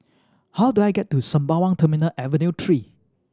how do I get to Sembawang Terminal Avenue Three